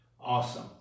Awesome